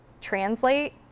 translate